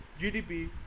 GDP